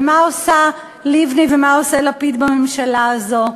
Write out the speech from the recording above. ומה עושה לבני ומה עושה לפיד בממשלה הזאת?